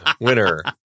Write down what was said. winner